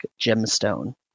gemstone